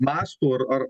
mąsto ar ar